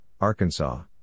Arkansas